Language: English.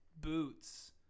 boots